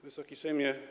Wysoki Sejmie!